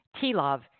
T-Love